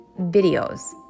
videos